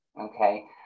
okay